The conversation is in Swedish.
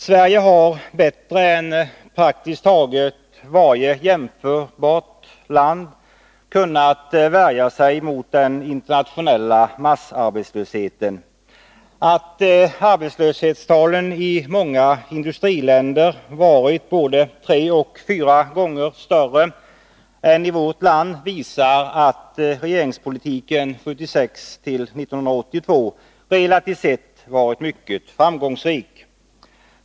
Sverige har bättre än praktiskt taget varje jämförbart land kunnat värja sig mot den internationella massarbetslösheten. Att arbetslöshetstalen i många industriländer varit både tre och fyra gånger större än i vårt land visar att regeringspolitiken 1976-1982 relativt sett varit mycket framgångsrik.